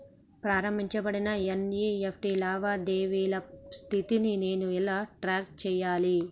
ప్రారంభించబడిన ఎన్.ఇ.ఎఫ్.టి లావాదేవీల స్థితిని నేను ఎలా ట్రాక్ చేయాలి?